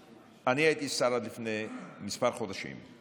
שהייתי השר הממונה עליו עד לפני כמה חודשים,